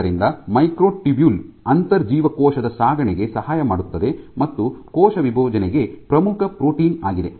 ಆದ್ದರಿಂದ ಮೈಕ್ರೊಟ್ಯೂಬ್ಯೂಲ್ ಅಂತರ್ಜೀವಕೋಶದ ಸಾಗಣೆಗೆ ಸಹಾಯ ಮಾಡುತ್ತದೆ ಮತ್ತು ಕೋಶ ವಿಭಜನೆಗೆ ಪ್ರಮುಖ ಪ್ರೋಟೀನ್ ಆಗಿದೆ